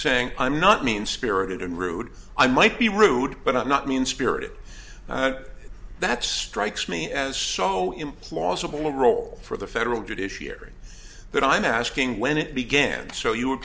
saying i'm not mean spirited and rude i might be rude but i'm not mean spirited that strikes me as so implausible role for the federal judiciary that i'm asking when it began so you were